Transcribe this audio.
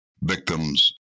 victims